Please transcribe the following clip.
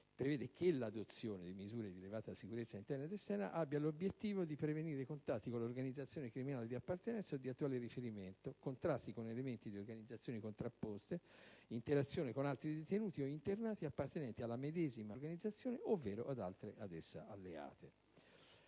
prevede che «l'adozione di misure di elevata sicurezza interna ed esterna» abbia l'obiettivo di «prevenire contatti con l'organizzazione criminale di appartenenza o di attuale riferimento, contrasti con elementi di organizzazioni contrapposte, interazione con altri detenuti o internati appartenenti alla medesima organizzazione ovvero ad altre ad essa alleate»,